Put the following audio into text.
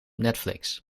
netflix